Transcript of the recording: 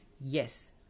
Yes